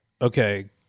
Okay